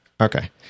Okay